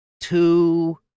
two